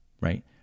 right